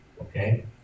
Okay